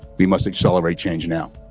we must accelerate change now.